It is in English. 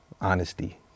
Honesty